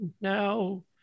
now